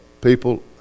people